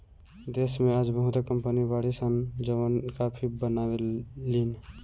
देश में आज बहुते कंपनी बाड़ी सन जवन काफी बनावे लीन